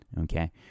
okay